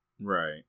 Right